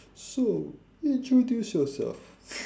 so introduce yourself